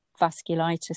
vasculitis